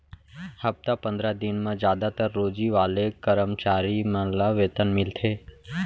हप्ता पंदरा दिन म जादातर रोजी वाले करम चारी मन ल वेतन मिलथे